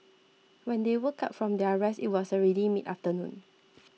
when they woke up from their rest it was already mid afternoon